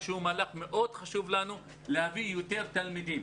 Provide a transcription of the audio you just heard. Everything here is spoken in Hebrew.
שהוא מהלך מאוד חשוב לנו כי כך נוכל להביא יותר תלמידים.